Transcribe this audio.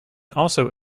also